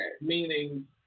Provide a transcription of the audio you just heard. Meaning